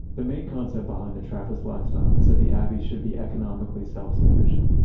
the main concept behind the trappist lifestyle is that the abbey should be economically self-sufficient.